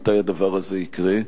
מתי הדבר הזה יקרה,